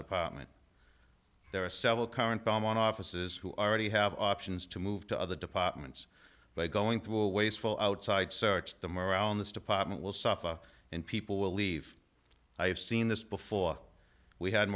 potman there are several current bum on offices who already have options to move to other departments by going through a wasteful outside search them around this department will suffer and people will leave i have seen this before we had